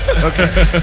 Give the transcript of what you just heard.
Okay